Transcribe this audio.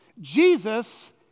Jesus